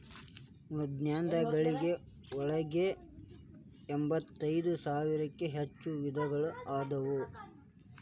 ಮೃದ್ವಂಗಿಗಳ ಒಳಗ ಎಂಬತ್ತೈದ ಸಾವಿರಕ್ಕೂ ಹೆಚ್ಚ ವಿಧಗಳು ಅದಾವ